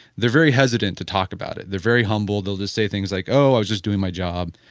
they're very hesitant to talk about it, they're very humble, they will just say things like oh i was just doing my job,